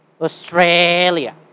Australia